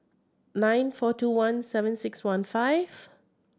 nine four two one seven six one five